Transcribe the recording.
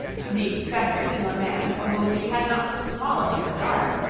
to be fettered to a man for whom she had not the smallest regard,